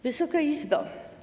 Wysoka Izbo!